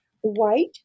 white